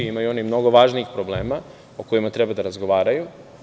Imaju oni mnogo važnijih problema, o kojima treba da razgovaraju.